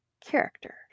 character